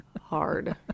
hard